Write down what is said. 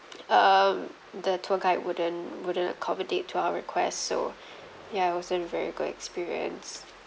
um the tour guide wouldn't wouldn't accommodate to our request so ya it wasn't a very good experience